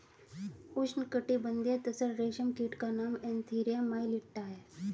उष्णकटिबंधीय तसर रेशम कीट का नाम एन्थीरिया माइलिट्टा है